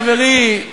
חברי,